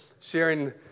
sharing